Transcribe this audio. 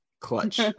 clutch